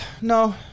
no